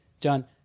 John